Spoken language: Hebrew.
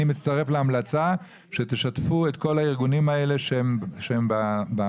אני מצטרף להמלצה שתשתפו את כל הארגונים האלה שהם במס.